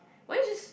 why don't you just